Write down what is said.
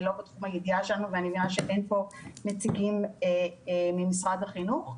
זה לא בתחום הידיעה שלנו ואני מבינה שאין פה נציגים ממשרד החינוך.